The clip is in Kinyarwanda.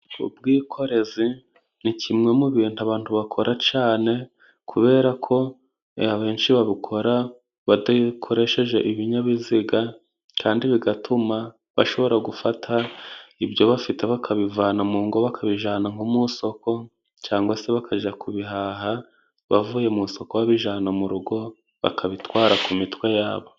Ubwikorezi ni kimwe mu bintu abantu bakora cane. Kubera ko abenshi babukora badakoresheje ibinyabiziga, kandi bigatuma bashobora gufata ibyo bafite bakabivana mu ngo, bakabijana nko mu soko. Cyangwa se bakajya kubihaha bavuye mu isoko babijana mu rugo. Bakabitwara ku mitwe yabo.